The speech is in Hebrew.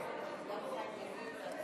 תודה רבה.